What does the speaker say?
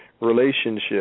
relationship